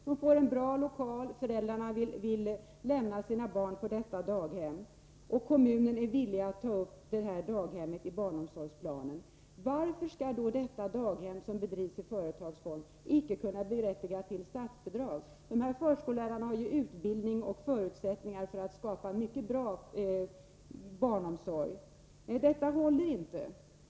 Kanske får de en bra lokal, föräldrar vill lämna sina barn till detta daghem, och dessutom är kommunen villig att ta upp daghemmet i sin barnomsorgsplan. Varför skall detta daghem, om det drivs i företagsform, icke vara berättigat till statsbidrag? Förskollärarna har ju utbildning och förutsättningar för att skapa en mycket bra barnomsorg. Nej, detta håller inte.